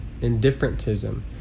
Indifferentism